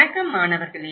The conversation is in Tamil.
வணக்கம் மாணவர்களே